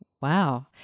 wow